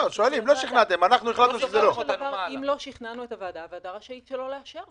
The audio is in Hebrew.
אם לא שכנענו את הוועדה, הוועדה רשאית שלא לאשר.